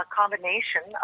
combination